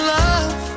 love